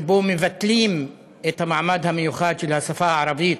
שבו מבטלים את המעמד המיוחד של השפה הערבית,